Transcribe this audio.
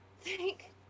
Thank